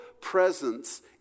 presence